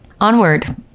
Onward